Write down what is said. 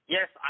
Yes